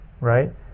right